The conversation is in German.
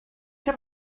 habe